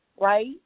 right